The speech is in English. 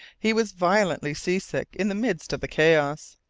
he was violently sea-sick in the midst of the chaos.